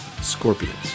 Scorpions